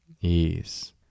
ease